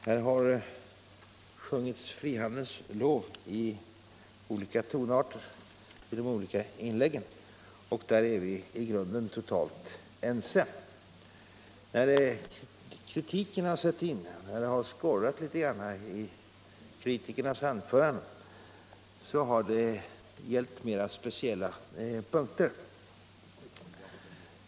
Här har sjungits frihandelns lov i alla tonarter i de olika inläggen, och där är vi i grunden helt ense. När kritiken har satt in och det skorrat litet grand i kritikernas anföranden har det gällt mera speciella frågor..